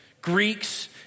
Greeks